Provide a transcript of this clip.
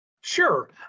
Sure